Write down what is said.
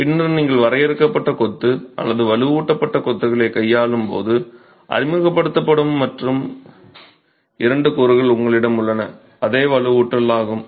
பின்னர் நீங்கள் வரையறுக்கப்பட்ட கொத்து அல்லது வலுவூட்டப்பட்ட கொத்துகளைக் கையாளும் போது அறிமுகப்படுத்தப்படும் மற்ற இரண்டு கூறுகள் உங்களிடம் உள்ளன அதுவே வலுவூட்டல் ஆகும்